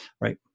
right